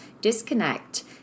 disconnect